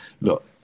look